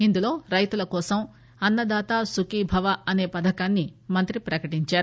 ఇందులో రైతుల కోసం అన్నదాత సుఖీభవ అసే పథకాన్ని మంత్రి ప్రకటించారు